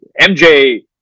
MJ